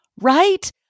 right